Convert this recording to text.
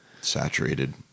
saturated